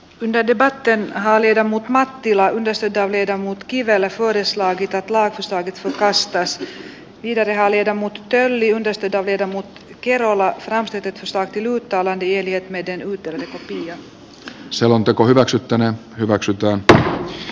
eduskunta edellyttää että hallitus ryhtyy viipymättä toimenpiteisiin kuntien välisen eriarvoistumisen kaventamiseksi ja palauttaa kiinteistöveron verotulojen tasausjärjestelmään että hallitus valmistelee pikaisesti varhaiskasvatuslain ja turvaa sen toimeenpanon rahoituksen täysimääräisesti ja että hallitus turvaa riittävän rahoituksen vanhuspalvelulain käytännön toteuttamiseen